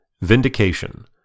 Vindication